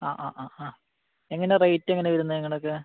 ആ ആ ആ ആ എങ്ങനെയാണ് റേറ്റ് എങ്ങനെയാണ് വരുന്നത് നിങ്ങളുടെയൊക്കെ